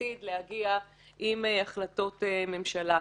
בעתיד להגיע עם החלטות ממשלה.